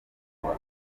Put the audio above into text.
kugwa